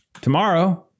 Tomorrow